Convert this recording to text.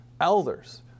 elders